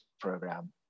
program